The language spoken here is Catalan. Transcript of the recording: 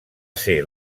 ser